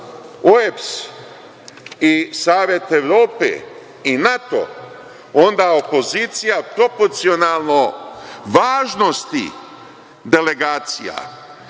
i Savet Evrope i NATO, onda opozicija proporcionalno važnosti delegacija,